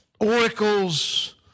oracles